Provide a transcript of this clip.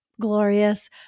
glorious